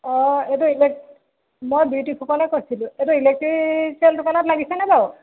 অঁ এইটো মই বিউটি ফুকনে কৈছিলোঁ এইটো ইলেক্ট্ৰিকেল দোকানত লাগিছেনে বাৰু